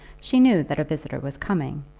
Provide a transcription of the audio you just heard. she knew that a visitor was coming,